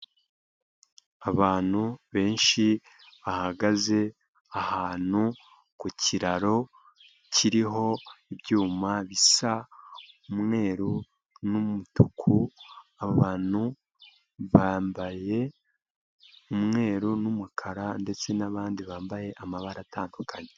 Abantu benshi bahagaze ahantu ku kiraro kiriho ibyuma bisa umweru n'umutuku, abantu bambaye umweru n'umukara ndetse n'abandi bambaye amabara atandukanye.